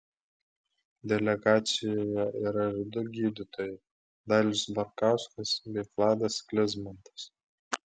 delegacijoje yra ir du gydytojai dalius barkauskas bei vladas sklizmantas